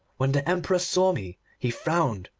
when the emperor saw me he frowned,